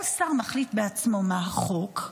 כל שר מחליט בעצמו מה החוק,